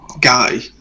guy